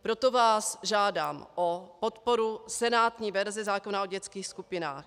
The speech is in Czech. Proto vás žádám o podporu senátní verze zákona o dětských skupinách.